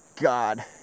god